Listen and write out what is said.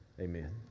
amen